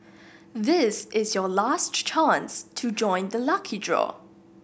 this is your last chance to join the lucky draw